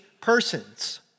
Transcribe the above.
persons